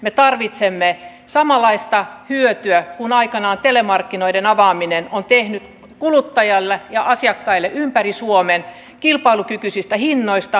me tarvitsemme samanlaista hyötyä kuin aikanaan telemarkkinoiden avaaminen on tehnyt kuluttajille ja asiakkaille ympäri suomen kilpailukykyisistä hinnoista hyvästä palvelusta